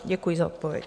Děkuji za odpověď.